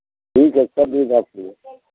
ठीक है अच्छा दूध आपको